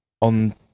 on